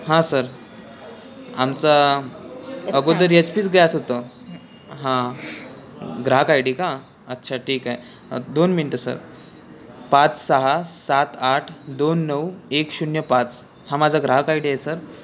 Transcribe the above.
हा सर आमचा अगोदर एच पीच गॅस होतं हां ग्राहक आय डी का अच्छा ठीक आहे दोन मिनटं सर पाच सहा सात आठ दोन नऊ एक शून्य पाच हा माझा ग्राहक आय डी आहे सर